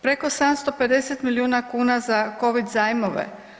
Preko 750 milijuna kuna za Covid zajmove.